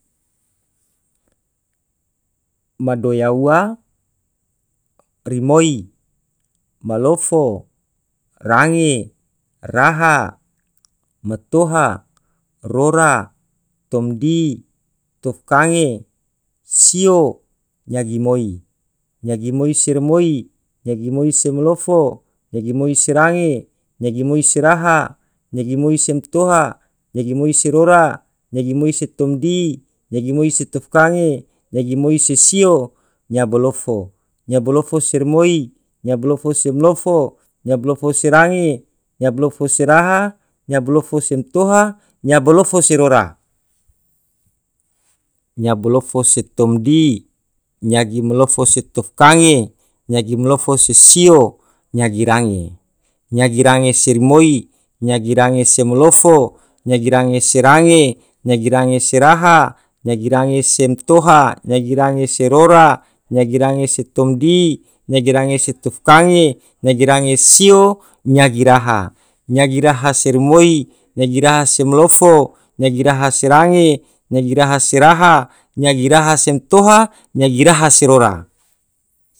Ma doya ua, rimoi, malofo, range, raha, matoha, rora, tomdi, tufkange, sio, nyagimoi, nyagi se rimoi, nyagi moi se malofo, nyagi moi se range, nyagi moi aha, nyagi moi matoha, nyagi moi se rora, nyagi moi se tomdi, nyagi moi se tufkange, nyagi moi se sio, nyabalofo, nyagi malofo se moi, nyagi malofo se malofo, nyagi malofo se range, nyagi malofo se raha, nyagi malofo se matoha, nyagi malofo se rora, nyagi malofo se tomdi, nyagi malofo se tufkange, nyagi malofo se sio, nyagi range, nyagi range se rimoi, nyagi range se malofo, nyagi range se range, nyagi range se raha, nyagi range se matoha, nyagi range se rora, nyagi range se tomdi, nyagi range se tufkange, nyagi range se sio, nyagi raha, nyagi se rimoi, nyagi raha se malofo, nyagi raha se range, nyagi raha se raha, nyagi raha se matoha, nyagi raha se rora.